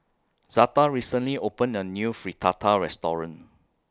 Zada recently opened A New Fritada Restaurant